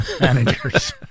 managers